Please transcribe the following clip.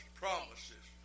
promises